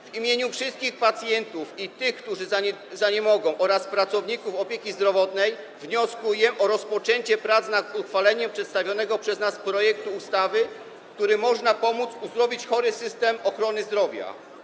W imieniu wszystkich pacjentów i tych, którzy zaniemogą, oraz pracowników opieki zdrowotnej wnioskuję o rozpoczęcie prac nad uchwaleniem przedstawionego przez nas projektu ustawy, którym można pomóc uzdrowić chory system ochrony zdrowia.